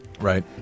Right